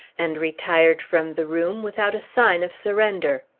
and retired from the room without a sign of surrender.